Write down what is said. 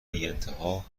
بیانتها